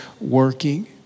working